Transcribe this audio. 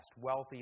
wealthy